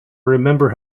remember